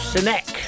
Sinek